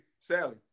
Sally